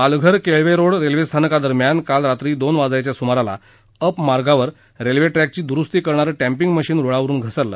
Palghar Kelve railway स्थानका दरम्यान काल रात्री दोन वाजयाच्या सुमाराला अप मार्गावर रेल्वे ट्रॅक ची दुरुस्ती करणारं टॅम्पिंग मशीन रुळावरून घसरलं